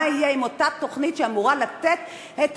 מה יהיה עם אותה תוכנית שאמורה לתת את